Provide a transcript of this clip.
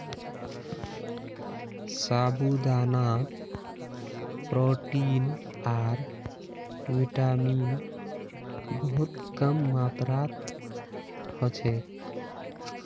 साबूदानात प्रोटीन आर विटामिन बहुत कम मात्रात ह छेक